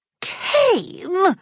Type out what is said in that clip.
Tame